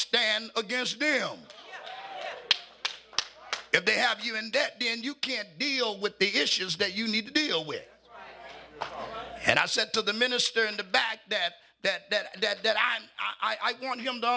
stand against him if they have you in debt be and you can't deal with the issues that you need to deal with and i said to the minister in the back that that that and that that i'm i want him